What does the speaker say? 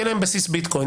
יהיה להם בסיס ביטקוין,